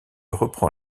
reprend